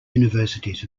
universities